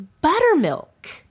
buttermilk